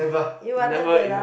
you wanted to laugh